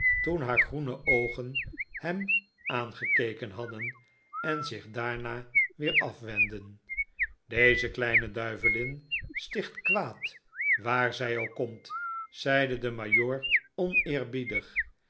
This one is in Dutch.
toen haar groene oogen hem aangekeken hadden en zich daarna weer afwendden die kleine duivelin sticht kwaad waar zijook komt zeide de majoor oneerbiedig